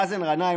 מאזן גנאים,